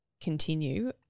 continue